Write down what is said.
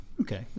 Okay